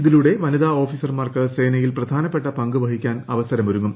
ഇതിലൂടെ വനിതാ ഓഫീസർമാർക്ക് സേനയിൽ പ്രധാനപ്പെട്ട പങ്ക് വഹിക്കാൻ അവസരം ഒരുങ്ങും